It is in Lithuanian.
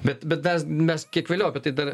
bet bet mes mes kiek vėliau apie tai dar